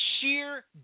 sheer